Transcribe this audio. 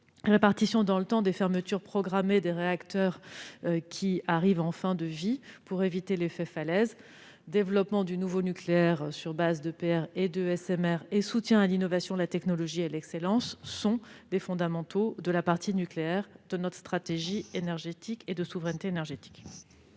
répartition dans le temps des fermetures programmées des réacteurs arrivant en fin de vie, pour éviter l'effet falaise ; développement du nouveau nucléaire sur base d'EPR et de SMR ; enfin, soutien à l'innovation, à la technologie et à l'excellence. Il s'agit des fondamentaux du volet nucléaire de notre stratégie et de notre souveraineté énergétiques.